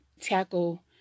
tackle